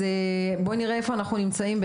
אז נראה איפה אנחנו נמצאים,